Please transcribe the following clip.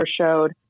showed